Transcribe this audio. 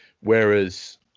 Whereas